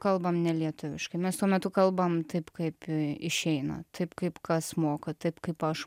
kalbam ne lietuviškai mes tuo metu kalbam taip kaip išeina taip kaip kas moka taip kaip aš